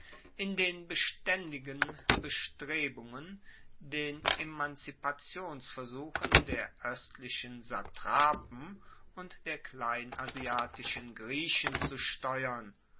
in den bestaendigen bestrebungen den emanzipationsversuchen der oestlichen satrapen und der kleinasiatischen griechen zu steuern